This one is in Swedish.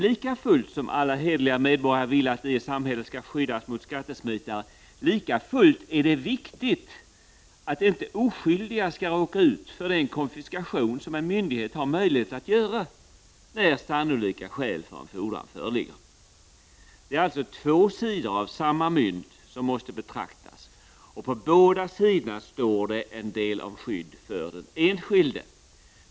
Likafullt som alla hederliga medborgare vill att de och samhället skall skyddas mot skattesmitare, likafullt är det viktigt att inte oskyldiga skall råka ut för den konfiskation som en myndighet har möjlighet att göra när sannolika skäl för en fordran föreligger. Det är alltså två sidor av samma mynt som måste betraktas, och på båda sidorna står det en del om skydd för den enskilde.